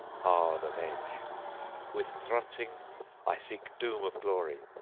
hard of edge with hrunting i seek doom of glory,